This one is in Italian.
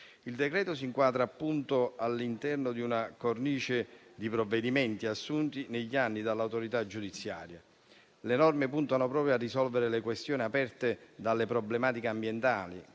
Il decreto si inquadra appunto all'interno di una cornice di provvedimenti assunti negli anni dall'autorità giudiziaria. Le norme puntano proprio a risolvere le questioni annesse alle problematiche ambientali,